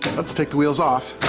let's take the wheels off.